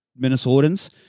Minnesotans